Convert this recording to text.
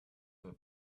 the